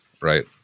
right